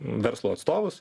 verslo atstovus